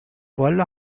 والا